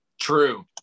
true